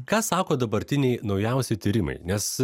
ką sako dabartiniai naujausi tyrimai nes